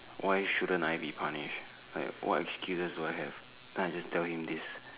why shouldn't I be punished like what excuses do I have then I just tell him this